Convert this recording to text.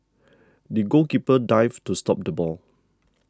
the goalkeeper dived to stop the ball